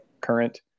current